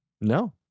No